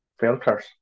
filters